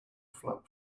flap